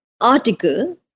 article